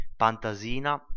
Pantasina